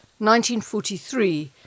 1943